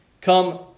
come